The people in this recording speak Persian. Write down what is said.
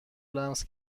لمس